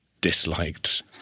disliked